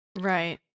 Right